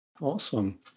Awesome